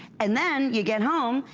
and then you get home,